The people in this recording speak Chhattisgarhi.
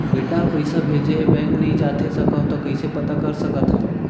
बेटा ह पइसा भेजे हे बैंक नई जाथे सकंव त कइसे पता कर सकथव?